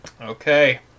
Okay